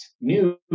news